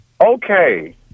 okay